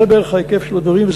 זה בערך ההיקף של הדברים,